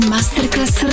Masterclass